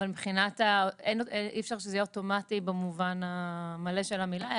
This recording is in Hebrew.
אבל אי אפשר שזה יהיה אוטומטי במובן המלא של המילה,